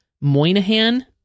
Moynihan